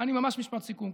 ממש משפט סיכום.